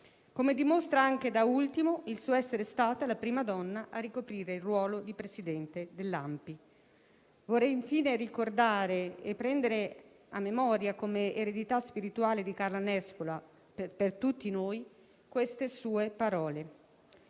come dimostra anche, da ultimo, il suo essere stata la prima donna a ricoprire il ruolo di presidente dell'ANPI. Vorrei infine ricordare e prendere a memoria come eredità spirituale di Carla Nespolo, per tutti noi, queste sue parole: